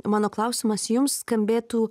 mano klausimas jums skambėtų